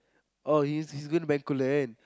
oh he's he's going to bencoolen